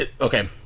Okay